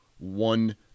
one